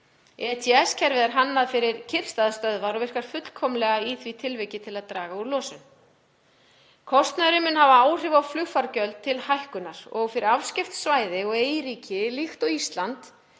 ETS-kerfið er hannað fyrir kyrrstæðar stöðvar og virkar fullkomlega í því tilviki til að draga úr losun. Kostnaðurinn mun hafa áhrif á flugfargjöld til hækkunar og fyrir afskipt svæði og eyríki líkt og Ísland,